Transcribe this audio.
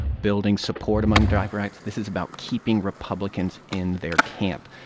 building support among democrats this is about keeping republicans in their camp.